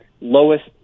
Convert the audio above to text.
lowest